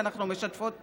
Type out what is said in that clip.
ואנחנו משתפות פעולה.